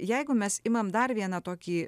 jeigu mes imam dar vieną tokį